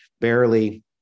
barely